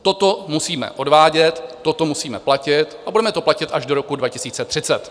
Toto musíme odvádět, toto musíme platit a budeme to platit až do roku 2030.